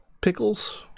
pickles